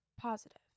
positive